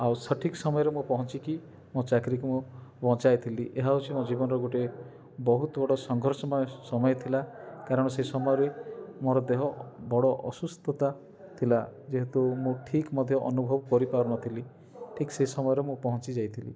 ଆଉ ସଠିକ ସମୟରେ ମୁଁ ପହଁଛିକି ମୋ ଚାକିରୀ କି ମୁଁ ବଞ୍ଚାଇ ଥିଲି ଏହା ହଉଛି ମୋ ଜୀବନର ଗୋଟେ ବହୁତ ବଡ଼ ସଂଘର୍ଷମୟ ସମୟ ଥିଲା କାରଣ ସେ ସମୟରେ ମୋର ଦେହ ବଡ଼ ଅସୁସ୍ଥତା ଥିଲା ଯେହେତୁ ମୁଁ ଠିକ ମଧ୍ୟ ଅନୁଭବ କରି ପାରୁ ନଥିଲି ଠିକ ସେ ସମୟରେ ମୁଁ ପହଞ୍ଚି ଯାଇଥିଲି